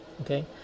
okay